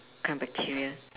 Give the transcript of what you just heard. kind of bacteria